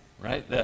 Right